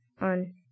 on